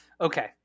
Okay